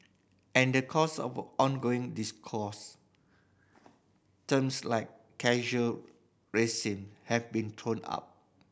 and in the course of ongoing discourse terms like casual racism have been thrown up